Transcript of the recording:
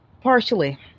Partially